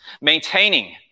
maintaining